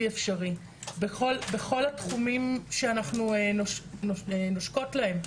אפשרי וזה בכל התחומים שאנחנו נושקות להם,